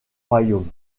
royaumes